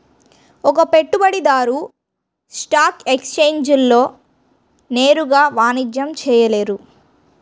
ఒక పెట్టుబడిదారు స్టాక్ ఎక్స్ఛేంజ్లలో నేరుగా వాణిజ్యం చేయలేరు